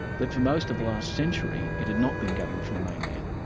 that for most of last century it had not been governed from the mainland,